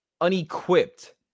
unequipped